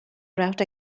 route